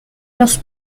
los